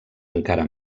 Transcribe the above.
encara